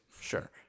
Sure